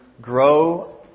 grow